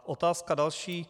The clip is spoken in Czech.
Otázka další.